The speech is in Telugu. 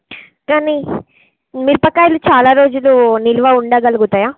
కానీ మిరపకాయలు చాలా రోజులు నిలువ ఉండగలుగుతాయా